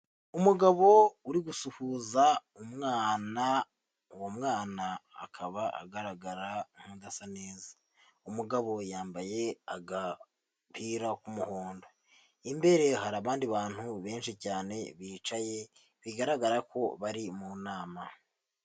Umugabo uri gusuhuza umwana, uwo mwana akaba agaragara nk'udasa neza, umugabo yambaye agapira k'umuhondo, imbere hari abandi bantu benshi cyane bicaye, bigaragara ko bari mu nama.